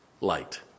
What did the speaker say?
light